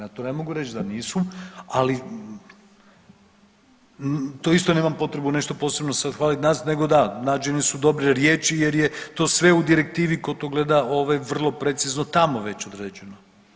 Ja to ne mogu reći da nisu, ali to isto nemam potrebu nešto posebno sada hvaliti nas, nego da nađene su dobre riječi jer je to sve u Direktivi tko to gleda vrlo precizno tamo već određeno.